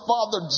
Father